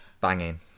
banging